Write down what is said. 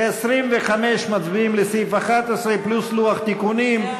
25, מצביעים: סעיף 11, פלוס לוח תיקונים,